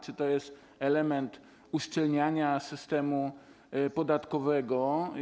Czy to jest element uszczelniania systemu podatkowego?